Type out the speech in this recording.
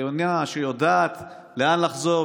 היונה שיודעת לאן לחזור,